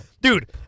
dude